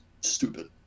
stupid